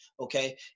Okay